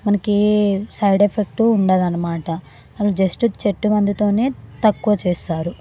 మనకి ఏ side effect ఉండదన్నమాట అలా జస్టు చెట్టు మందుతోనే తక్కువ చేస్తారు